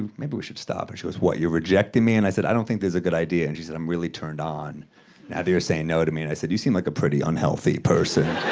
maybe we should stop. and she goes, what, you're rejecting me? and i said, i don't think this is a good idea, and she said, i'm really turned on now that you're saying no to me, and i said, you seem like a pretty unhealthy person.